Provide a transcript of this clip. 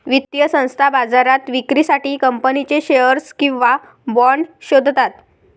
वित्तीय संस्था बाजारात विक्रीसाठी कंपनीचे शेअर्स किंवा बाँड शोधतात